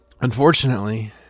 unfortunately